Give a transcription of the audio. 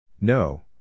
No